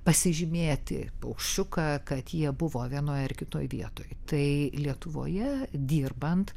pasižymėti paukščiuką kad jie buvo vienoje ar kitoj vietoj tai lietuvoje dirbant